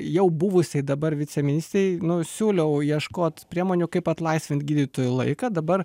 jau buvusiai dabar viceministrei nu siūliau ieškot priemonių kaip atlaisvint gydytojui laiką dabar